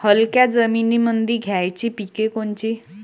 हलक्या जमीनीमंदी घ्यायची पिके कोनची?